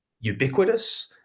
ubiquitous